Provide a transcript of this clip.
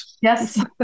Yes